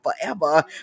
forever